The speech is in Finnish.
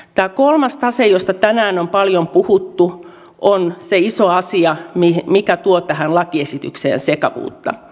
tämä kolmas tase josta tänään on paljon puhuttu on se iso asia mikä tuo tähän lakiesitykseen sekavuutta